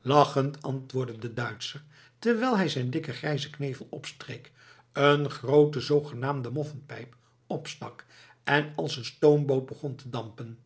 lachend antwoordde de duitscher terwijl hij zijn dikken grijzen knevel opstreek een groote zoogenaamde moffenpijp opstak en als een stoomboot begon te dampen